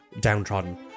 downtrodden